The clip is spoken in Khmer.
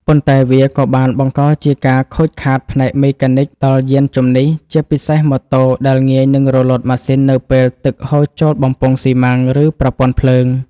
ប៉ុន្តែវាក៏បានបង្កជាការខូចខាតផ្នែកមេកានិកដល់យានជំនិះ ជាពិសេសម៉ូតូដែលងាយនឹងរលត់ម៉ាស៊ីននៅពេលទឹកហូរចូលបំពង់ស៊ីម៉ាំង ឬប្រព័ន្ធភ្លើង។